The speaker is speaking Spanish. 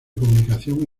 comunicación